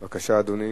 בבקשה, אדוני.